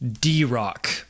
D-Rock